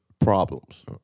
problems